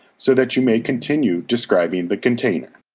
so that you may continue describing the container.